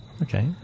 Okay